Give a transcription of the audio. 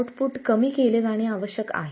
output कमी केले जाणे आवश्यक आहे